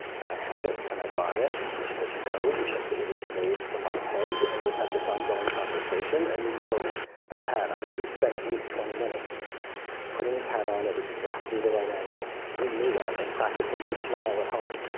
can i have it? can i buy it? and he said, no, because it is made for my head. and we had this ongoing conversation, and you know that hat, i mean, he spent at least twenty minutes putting his hat on at exactly the right angle. you knew that, and practicing his smile at home.